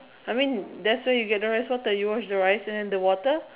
I mean that's where you get the rice water you wash the rice and the water